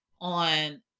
on